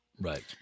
right